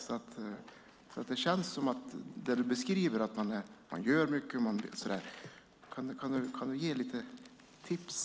Utifrån din beskrivning känns det som att man gör mycket. Kan du ge lite tips?